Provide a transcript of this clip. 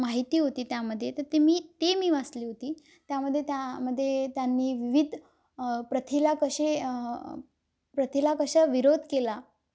माहिती होती त्यामध्ये तर ते मी ते मी वाचली होती त्यामध्ये त्यामध्ये त्यांनी विविध प्रथेला कसे प्रथेला कसा विरोध केला